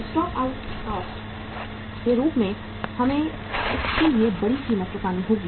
stock out cost के रूप में हमें इसके लिए बड़ी कीमत चुकानी होगी